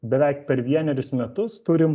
beveik per vienerius metus turim